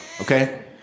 Okay